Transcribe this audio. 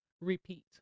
repeat